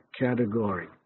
category